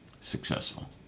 Successful